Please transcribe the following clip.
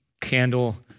candle